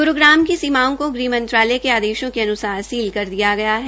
ग्रूग्राम की सीमाओं को गृह मंत्रालय के आदेशों के अन्सार सील कर दिया गया है